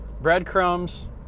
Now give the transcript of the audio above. breadcrumbs